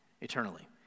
eternally